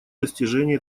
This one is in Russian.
достижении